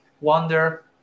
wonder